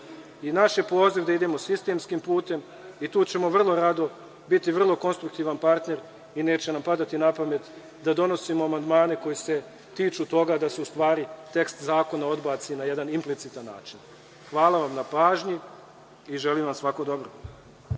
Naš je poziv da idemo sistemskim putem i tu ćemo vrlo rado biti vrlo konstruktivan partner i neće nam padati na pamet da donosimo amandmane koji se tiču toga da se u stvari tekst zakona odbaci na jedan implicitan način. Hvala vam na pažnji i želim vam svako dobro.